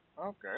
Okay